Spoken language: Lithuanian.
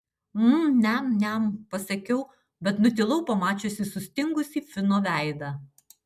mm niam niam pasakiau bet nutilau pamačiusi sustingusį fino veidą